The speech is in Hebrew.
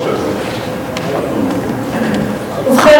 זחאלקה וחנין זועבי לשם החוק לא נתקבלה.